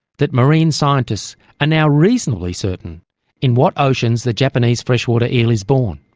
that marine scientists are now reasonably certain in what oceans the japanese freshwater eel is born.